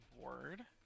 word